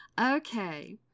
Okay